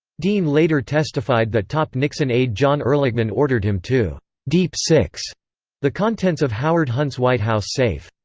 dean later testified that top nixon aide john ehrlichman ordered him to deep six the contents of howard hunt's white house safe.